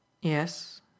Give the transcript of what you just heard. Yes